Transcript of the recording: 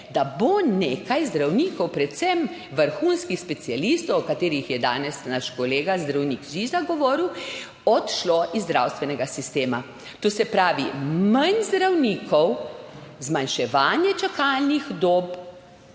da bo nekaj zdravnikov, predvsem vrhunskih specialistov, o katerih je danes naš kolega zdravnik Ziza govoril, odšlo iz zdravstvenega sistema. To se pravi, manj zdravnikov, zmanjševanje čakalnih dob,